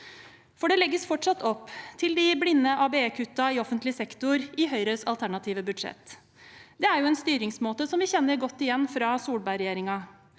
Det legges fortsatt opp til de blinde ABE-kuttene i offentlig sektor i Høyres alternative budsjett. Det er en styringsmåte vi kjenner godt igjen fra Solberg-regjeringen.